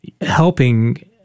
helping